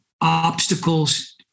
obstacles